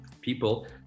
people